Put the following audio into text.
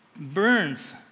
burns